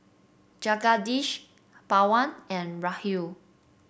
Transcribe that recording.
Jagadish Pawan and Rahul